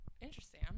Interesting